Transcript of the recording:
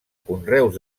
conreus